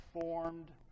formed